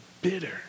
bitter